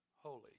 holy